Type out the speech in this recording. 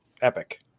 epic